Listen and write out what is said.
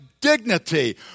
dignity